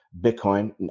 Bitcoin